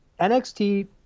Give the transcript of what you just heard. NXT